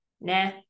nah